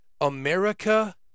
America